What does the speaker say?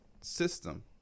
system